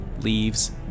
leaves